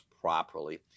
properly